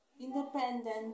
independent